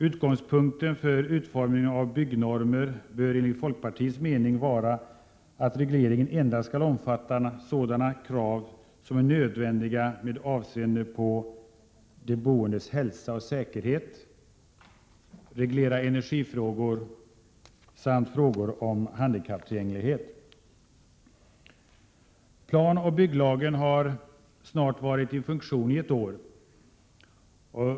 Utgångspunkten för utformningen av byggnormer bör, enligt folkpartiets mening, vara att regleringen endast omfattar sådana krav som är nödvändiga med avseende på de boendes hälsa och säkerhet, regleringen av energifrågor samt handikapptillgänglighet. Planoch bygglagen har varit i funktion i snart ett år.